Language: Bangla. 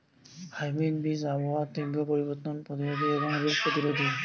হাইব্রিড বীজ আবহাওয়ার তীব্র পরিবর্তন প্রতিরোধী এবং রোগ প্রতিরোধী